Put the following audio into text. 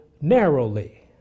narrowly